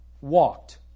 walked